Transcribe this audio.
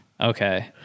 okay